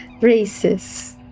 racist